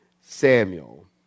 Samuel